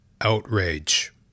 outrage